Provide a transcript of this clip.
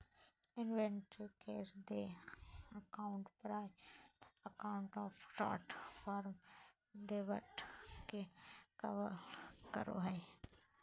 inventory cash देय account प्राप्य account और शॉर्ट टर्म डेब्ट के कवर करो हइ